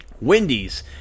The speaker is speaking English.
Wendy's